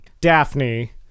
daphne